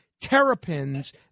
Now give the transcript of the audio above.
Terrapins